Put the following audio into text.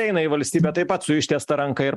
eina į valstybę taip pat su ištiesta ranka ir